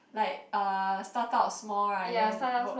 like uh start out small right then work